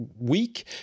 week